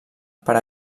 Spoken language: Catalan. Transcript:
per